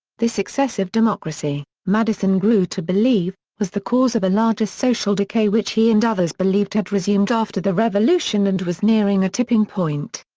this excessive democracy, madison grew to believe, was the cause of a larger social decay which he and others believed had resumed after the revolution and was nearing a tipping point.